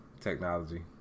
technology